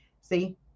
See